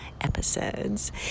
episodes